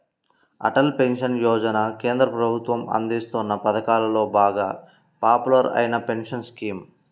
Atal pension Yojana కేంద్ర ప్రభుత్వం అందిస్తోన్న పథకాలలో బాగా పాపులర్ అయిన పెన్షన్ స్కీమ్